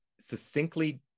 succinctly